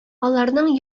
аларның